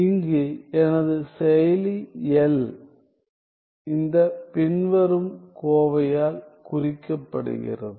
இங்கு எனது செயலி L இந்த பின்வரும் கோவையால் குறிக்கப்படுகிறது